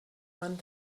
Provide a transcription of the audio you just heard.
one